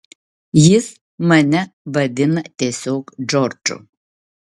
jis mane vadina tiesiog džordžu